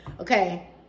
Okay